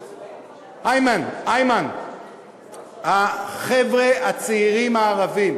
איימן, החבר'ה הצעירים הערבים